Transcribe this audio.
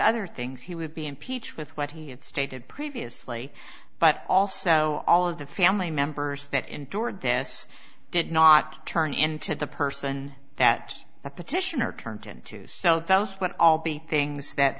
other things he would be impeached with what he had stated previously but also all of the family members that endured this did not turn into the person that the petitioner turned into so when all the things